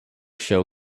show